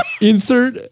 insert